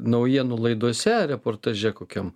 naujienų laidose reportaže kokiam